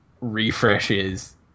refreshes